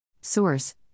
Source